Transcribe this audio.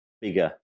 bigger